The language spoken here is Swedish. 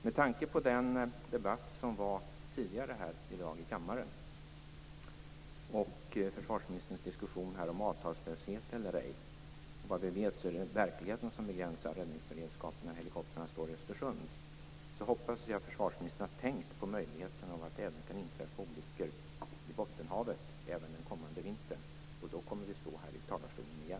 Med tanke på den debatt som fördes här i kammaren tidigare i dag och försvarsministerns diskussion här om avtalslöshet eller ej - vad vi vet är det verkligheten som begränsar räddningsberedskapen när helikoptrarna står i Östersund - hoppas jag att försvarsministern har tänkt på möjligheten att det kan inträffa olyckor i Bottenhavet även den kommande vintern. I så fall kommer vi att stå här i talarstolen igen.